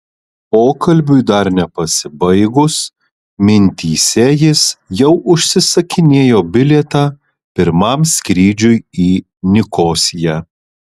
pokalbiui dar nepasibaigus mintyse jis jau užsisakinėjo bilietą pirmam skrydžiui į nikosiją